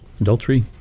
adultery